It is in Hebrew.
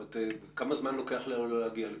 כמה זמן לוקח לו להגיע לכאן?